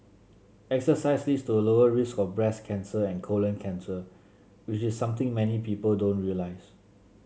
exercise leads to a lower risk of breast cancer and colon cancer which is something many people don't realise